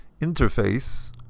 interface